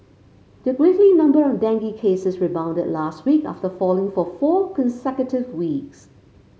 the weekly number of dengue cases rebounded last week after falling for four consecutive weeks